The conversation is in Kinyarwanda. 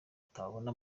atabona